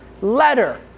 letter